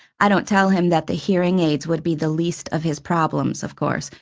i don't tell him that the hearing aids would be the least of his problems, of course,